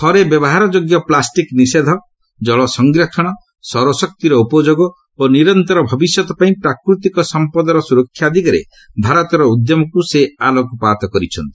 ଥରେ ବ୍ୟବହାର ଯୋଗ୍ୟ ପ୍ଲାଷ୍ଟିକ ନିଷେଧ ଜଳ ସଂରକ୍ଷଣ ସୌରଶକ୍ତିର ଉପଯୋଗ ଓ ନିରନ୍ତର ଭବିଷ୍ୟତ ପାଇଁ ପ୍ରାକୃତିକ ସମ୍ପଦର ସୁରକ୍ଷା ଦିଗରେ ଭାରତର ଉଦ୍ୟମକୁ ସେ ଆଲୋକପାତ କରିଛନ୍ତି